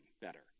better